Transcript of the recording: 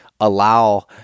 allow